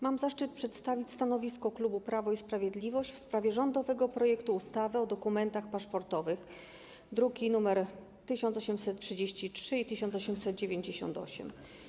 Mam zaszczyt przedstawić stanowisko klubu Prawo i Sprawiedliwość w sprawie rządowego projektu ustawy o dokumentach paszportowych, druki nr 1833 i 1898.